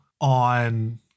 on